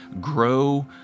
grow